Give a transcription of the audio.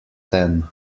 ten